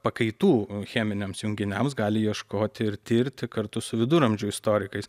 pakaitų cheminiams junginiams gali ieškoti ir tirti kartu su viduramžių istorikais